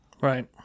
Right